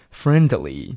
friendly